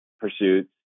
pursuits